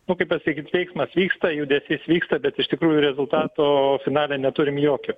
nu kaip pasakyt veiksmas vyksta judesys vyksta bet iš tikrųjų rezultato finale neturim jokio